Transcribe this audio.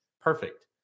perfect